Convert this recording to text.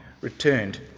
returned